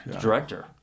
Director